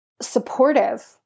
supportive